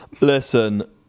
Listen